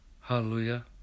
Hallelujah